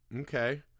Okay